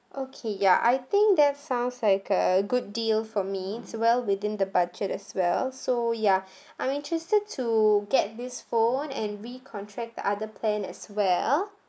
okay ya I think that sounds like a good deal for me it's well within the budget as well so ya I'm interested to get this phone and recontract the other plan as well